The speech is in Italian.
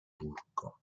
turco